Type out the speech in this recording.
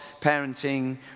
parenting